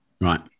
Right